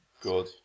good